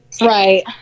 Right